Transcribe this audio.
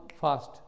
fast